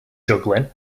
juggling